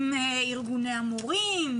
עם ארגוני המורים,